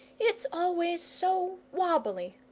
it's always so wobbly.